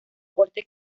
fuerte